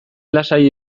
lasai